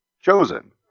chosen